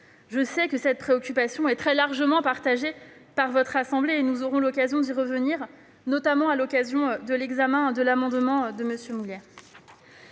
Je sais que cette préoccupation est largement partagée par votre assemblée et nous aurons l'occasion d'y revenir, lorsque nous examinerons l'amendement de M. Mouiller.